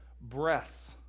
breaths